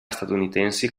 statunitensi